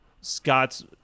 scott's